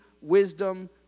wisdom